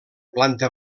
planta